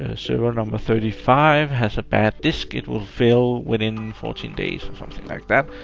ah server number thirty five has a bad disk. it will fail within fourteen days or something like that.